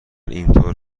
اینطور